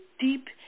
deep